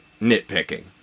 nitpicking